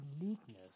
uniqueness